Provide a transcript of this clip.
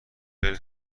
خیلی